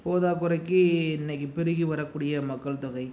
போதாத குறைக்கு இன்னிக்கி பெருகி வரக்கூடிய மக்கள் தொகை